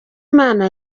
imana